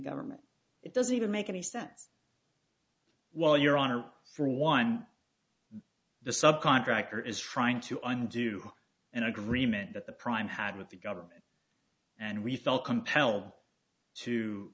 government it doesn't even make any sense while your honor for one the sub contractor is trying to undo an agreement that the prime had with the government and we felt compelled to